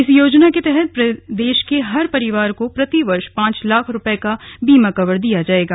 इस योजना के तहत दे के हर परिवार को प्रति वर्ष पांच लाख रुपये तक बीमा कवर मिलेगा